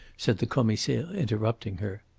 said the commissaire, interrupting her.